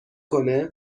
کنه